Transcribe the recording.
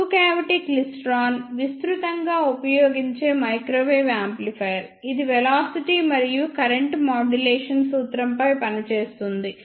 two cavity klystron విస్తృతంగా ఉపయోగించే microwave amplifier ఇది వెలాసిటీ మరియు కరెంట్ మాడ్యులేషన్ సూత్రంపై పనిచేస్తుంది